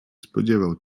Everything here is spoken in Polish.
spodziewał